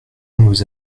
nous